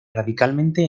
radicalmente